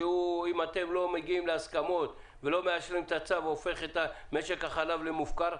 שאם אתם לא מגיעים להסכמות ולא מאשרים את הצו הופך את משק החלב למופקר?